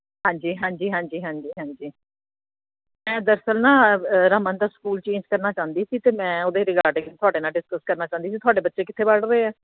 ਹਾਂਜੀ ਹਾਂਜੀ ਹਾਂਜੀ ਹਾਂਜੀ ਹਾਂਜੀ ਮੈਂ ਦਰਅਸਲ ਨਾ ਰਮਨ ਦਾ ਸਕੂਲ ਚੇਂਜ ਕਰਨਾ ਚਾਹੁੰਦੀ ਸੀ ਅਤੇ ਮੈਂ ਉਹਦੇ ਰਿਗਾਰਡਿੰਗ ਤੁਹਾਡੇ ਨਾਲ ਡਿਸਕਸ ਕਰਨਾ ਚਾਹੁੰਦੀ ਸੀ ਤੁਹਾਡੇ ਬੱਚੇ ਕਿੱਥੇ ਪੜ੍ਹ ਰਹੇ ਆ